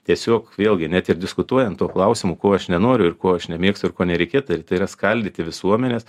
tiesiog vėlgi net ir diskutuojant tuo klausimų ko aš nenoriu ir ko aš nemėgstu ir ko nereikėtų daryt tai yra skaldyti visuomenės